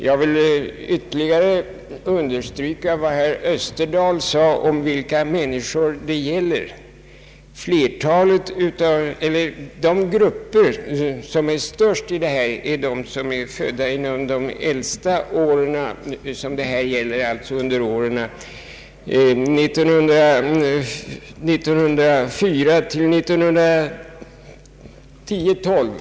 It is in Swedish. Jag vill ytterligare understryka vad herr Österdahl sade om vilka människor det här gäller. De största grupperna är födda under de första åren av den period som det här gäller, alltså från 1904 till 1910—12.